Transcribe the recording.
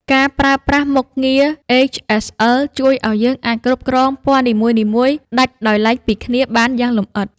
ការប្រើប្រាស់មុខងារ អេច-អេស-អិល ជួយឱ្យយើងអាចគ្រប់គ្រងពណ៌នីមួយៗដាច់ដោយឡែកពីគ្នាបានយ៉ាងលម្អិត។